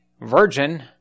virgin